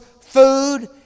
food